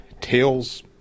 tales